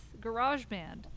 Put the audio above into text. GarageBand